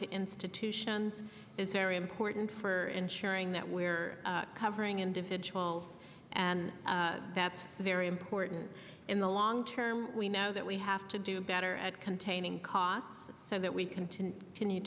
to institutions is very important for ensuring that we're covering individuals and that's very important in the long term we know that we have to do better at containing costs so that we c